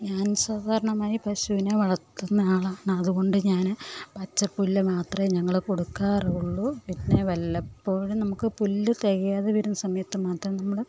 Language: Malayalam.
ഞാന് സാധാരണമായി പശുവിനെ വളര്ത്തുന്ന ആളാണ് അതുകൊണ്ട് ഞാൻ പച്ചപ്പുല്ല് മാത്രമേ ഞങ്ങൾ കൊടുക്കാറുള്ളൂ പിന്നെ വല്ലപ്പോഴും നമ്മൾക്ക് പുല്ല് തികയാതെ വരുന്ന സമയത്ത് മാത്രം നമ്മൾ